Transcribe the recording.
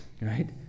Right